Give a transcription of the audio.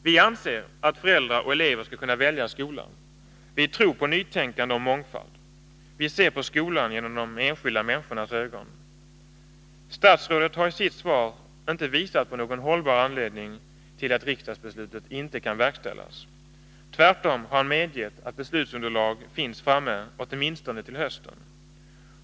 Vi anser att föräldrar och elever skall kunna välja skola. Vi tror på nytänkande och mångfald. Vi ser på skolan med de enskilda människornas ögon. Statsrådet har i sitt svar inte visat på någon hållbar anledning till att riksdagsbeslutet inte kan verkställas. Tvärtom har han medgett att beslutsunderlag finns framme åtminstone till hösten.